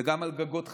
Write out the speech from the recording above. וגם על גגות חקלאים,